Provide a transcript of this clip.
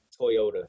Toyota